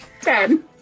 Ten